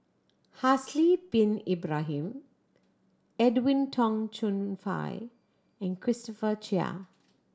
Haslir Bin Ibrahim Edwin Tong Chun Fai and Christopher Chia